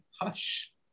Hush